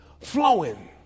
flowing